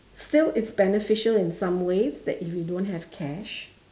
still it's beneficial in some ways that you don't have cash